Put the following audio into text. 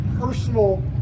personal